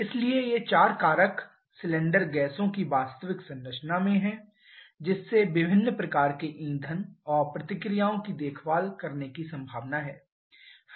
इसलिए ये चार कारक सिलेंडर गैसों की वास्तविक संरचना में हैं जिससे विभिन्न प्रकार के ईंधन और प्रतिक्रियाओं की देखेभाल करने की संभावना है